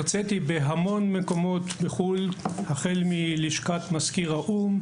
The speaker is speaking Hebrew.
הרצתי במקומות רבים בחו״ל: בלשכת מזכיר האו״ם,